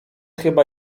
chyba